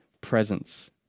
presence